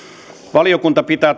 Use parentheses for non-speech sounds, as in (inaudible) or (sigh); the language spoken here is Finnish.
valiokunta pitää (unintelligible)